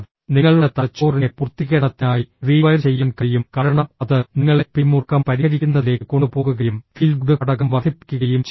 നിങ്ങളുടെ തലച്ചോറിനെ പൂർത്തീകരണത്തിനായി റീവൈർ ചെയ്യാൻ കഴിയും കാരണം അത് നിങ്ങളെ പിരിമുറുക്കം പരിഹരിക്കുന്നതിലേക്ക് കൊണ്ടുപോകുകയും ഫീൽ ഗുഡ് ഘടകം വർദ്ധിപ്പിക്കുകയും ചെയ്യുന്നു